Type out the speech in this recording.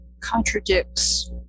contradicts